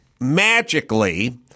magically